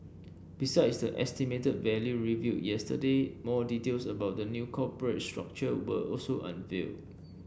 besides the estimated value revealed yesterday more details about the new corporate structure were also unveiled